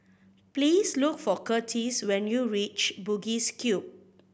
please look for Curtis when you reach Bugis Cube